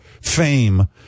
fame